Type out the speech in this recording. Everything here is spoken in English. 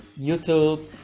YouTube